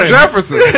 Jefferson